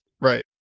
Right